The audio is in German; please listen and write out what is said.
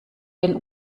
den